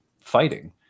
fighting